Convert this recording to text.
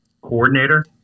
coordinator